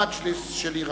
המג'לס של אירן.